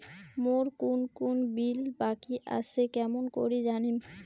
মোর কুন কুন বিল বাকি আসে কেমন করি জানিম?